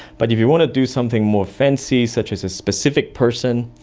but if you want to do something more fancy, such as a specific person,